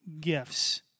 gifts